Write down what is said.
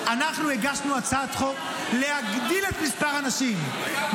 אנחנו הגשנו הצעת חוק להגדיל את מספר הנשים,